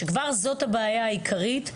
שכבר זו הבעיה העיקרית,